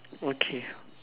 okay